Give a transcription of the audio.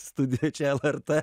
studija čia lrt